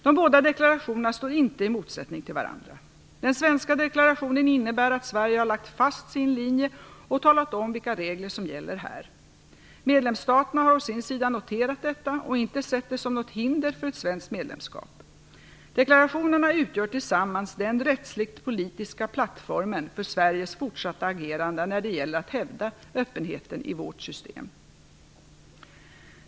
De båda deklarationerna står inte i motsättning till varandra. Den svenska deklarationen innebär att Sverige har lagt fast sin linje och talat om vilka regler som gäller här. Medlemsstaterna har å sin sida noterat detta och inte sett det som något hinder för ett svenskt medlemskap. Deklarationerna utgör tillsammans den rättsligt/politiska plattformen för Sveriges fortsatta agerande när det gäller att hävda öppenheten i vårt system.